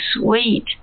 sweet